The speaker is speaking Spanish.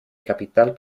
capital